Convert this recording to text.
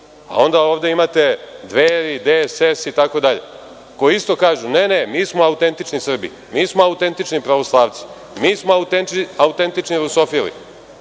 A onda ovde imate Dveri, DSS itd, koji isto kažu – ne, ne, mi smo autentični Srbi. Mi smo autentični pravoslavci, mi smo autentični rusofili,